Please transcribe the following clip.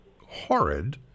horrid